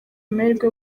amahirwe